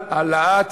על העלאת